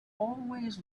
always